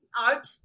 art